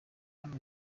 hano